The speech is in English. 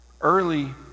early